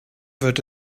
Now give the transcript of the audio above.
wird